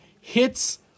hits